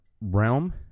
realm